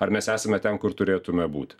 ar mes esame ten kur turėtume būti